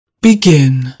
Begin